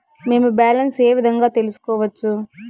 మేము బ్యాలెన్స్ ఏ విధంగా తెలుసుకోవచ్చు?